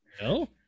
no